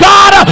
God